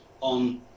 on